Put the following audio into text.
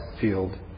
field